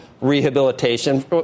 rehabilitation